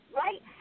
right